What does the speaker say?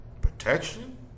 Protection